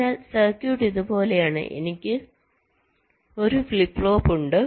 അതിനാൽ സർക്യൂട്ട് ഇതുപോലെയാണ് എനിക്ക് ഒരു ഫ്ലിപ്പ് ഫ്ലോപ്പ് ഉണ്ട്